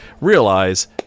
realize